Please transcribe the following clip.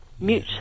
mute